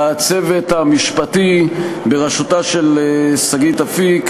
לצוות המשפטי בראשותה של שגית אפיק,